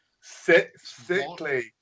sickly